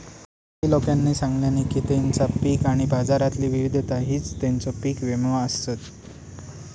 किती लोकांनी सांगल्यानी की तेंचा पीक आणि बाजारातली विविधता हीच तेंचो पीक विमो आसत